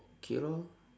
okay lor